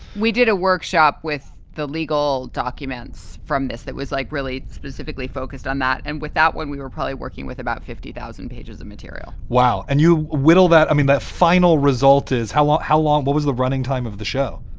we did a workshop with the legal documents from this. that was like really specifically focused on that. and with that one, we were probably working with about fifty thousand pages of material wow. and you whittle that. i mean, that final result is how long how long but was the running time of the show?